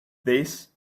this